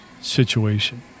situation